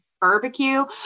barbecue